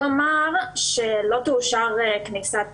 הוא אמר שלא תאושר כניסת